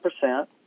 percent